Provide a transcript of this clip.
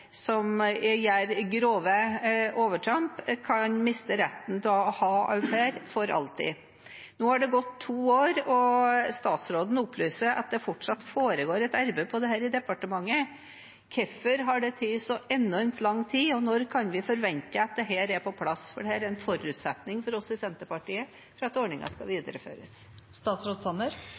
ha au pair for alltid. Nå har det gått to år, og statsråden opplyser at det fortsatt foregår et arbeid med dette i departementet. Hvorfor har det tatt så enormt lang tid, og når kan vi forvente at det er på plass? Dette er en forutsetning for oss i Senterpartiet for at ordningen skal